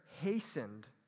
hastened